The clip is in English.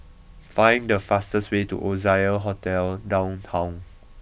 find the fastest way to Oasia Hotel Downtown